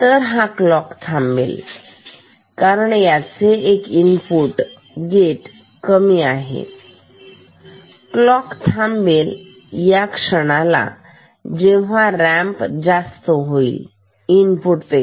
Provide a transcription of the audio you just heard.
तर हा क्लॉक थांबेल कारण याचे एक इनपुट गेट कमी आहे तर क्लॉक थांबेल या क्षणाला जेव्हा रॅम्प जास्त होईल इनपुट पेक्षा